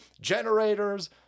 generators